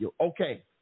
okay